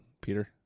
Peter